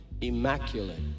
immaculate